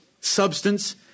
substance